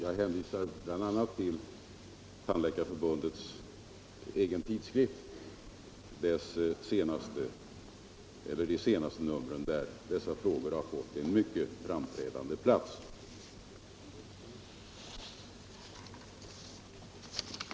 Jag hänvisar bl.a. till de senaste numren av Tandläkarförbundets egen tidskrift, där dessa frågor fått en mycket framträdande plats.